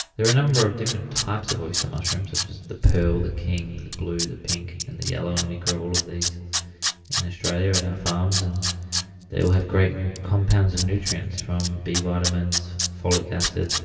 there are a number of different types of oyster mushrooms which is the pearl, the king the blue, the pink, and the yellow and we grow all of these in australia at our farms and they all have great compounds and nutrients from b vitamins, folic acid,